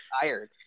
tired